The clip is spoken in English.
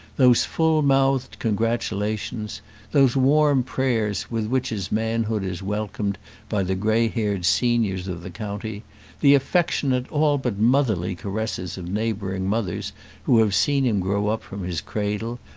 those full-mouthed congratulations those warm prayers with which his manhood is welcomed by the grey-haired seniors of the county the affectionate, all but motherly caresses of neighbouring mothers who have seen him grow up from his cradle,